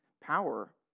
power